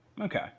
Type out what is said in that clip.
Okay